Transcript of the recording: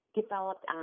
developed